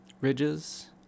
ridges